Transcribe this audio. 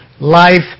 life